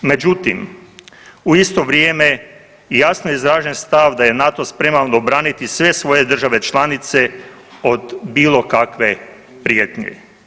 Međutim, u isto vrijeme i jasno izražen stav da je NATO spreman obraniti sve svoje države članice od bilo kakve prijetnje.